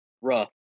rough